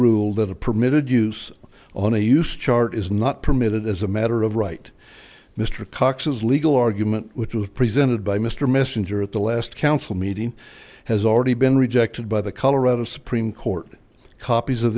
ruled that a permitted use on a use chart is not permitted as a matter of right mr cox's legal argument which was presented by mr messenger at the last council meeting has already been rejected by the colorado supreme court copies of